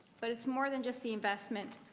but it's more than just the investment.